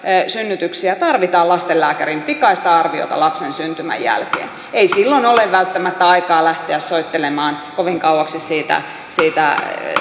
synnytyksiä tarvitaan lastenlääkärin pikaista arviota lapsen syntymän jälkeen ei silloin ole välttämättä aikaa lähteä soittelemaan kovin kauaksi siitä siitä